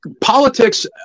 politics